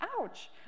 Ouch